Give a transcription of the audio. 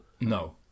no